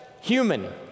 human